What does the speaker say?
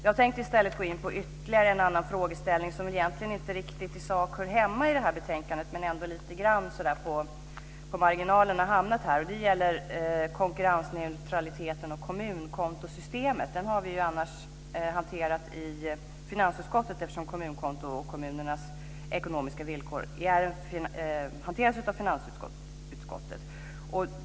Jag tänkte i stället gå in ytterligare på en annan frågeställning som egentligen inte riktigt i sak hör hemma i det här betänkandet men som ändå lite grann på marginalen har hamnat där. Den gäller konkurrensneutraliteten och kommunkontosystemet. Den har vi annars hanterat i finansutskottet, eftersom kommunkontokommunernas ekonomiska villkor hanteras av finansutskottet.